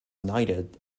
knighted